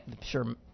sure